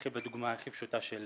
נתחיל בדוגמה הכי פשוטה של